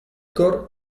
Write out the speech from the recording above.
cor